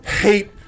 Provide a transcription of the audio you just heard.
hate